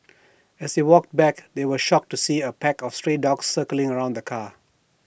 as they walked back they were shocked to see A pack of stray dogs circling around the car